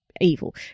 evil